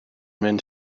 mynd